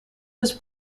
was